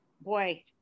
boy